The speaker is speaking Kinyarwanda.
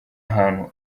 ahantu